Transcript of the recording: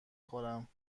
خورم